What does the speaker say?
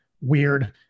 weird